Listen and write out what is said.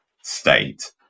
state